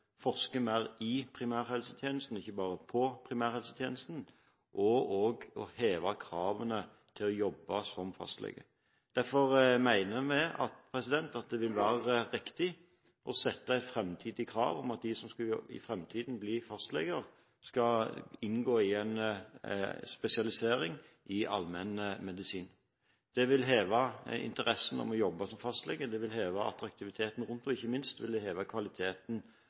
forsker mer i, og ikke bare på, primærhelsetjenesten – og også heve kravene til å jobbe som fastlege. Derfor mener vi det vil være riktig å stille krav om at de som skal bli fastleger i framtiden, skal inngå i en spesialisering i allmennmedisin. Det vil heve interessen for å jobbe som fastlege – det vil heve attraktiviteten ved det – og ikke minst vil det heve kvaliteten